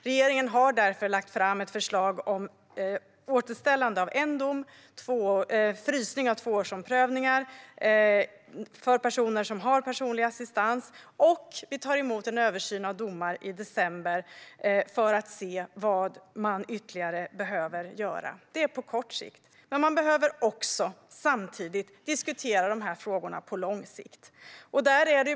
Regeringen har därför lagt fram ett förslag om återställande av en dom och frysning av tvåårsomprövningar för personer som har personlig assistans. I december tar vi också emot en översyn av domar för att se vad mer som behöver göras. Det är på kort sikt. Man behöver samtidigt diskutera vad som ska ske i de här frågorna på lång sikt.